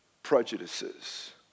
prejudices